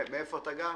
איפה אתה גר?